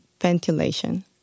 ventilation